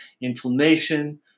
inflammation